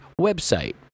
website